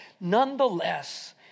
Nonetheless